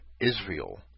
Israel